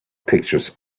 pictures